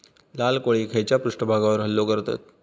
लाल कोळी खैच्या पृष्ठभागावर हल्लो करतत?